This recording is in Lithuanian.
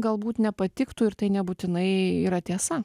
galbūt nepatiktų ir tai nebūtinai yra tiesa